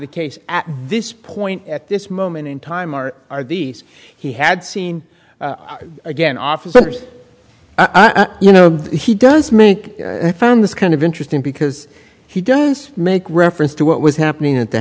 the case at this point at this moment in time are are these he had seen again officers i know you know he does make found this kind of interesting because he does make reference to what was happening at the